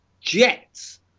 jets